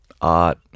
art